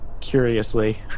curiously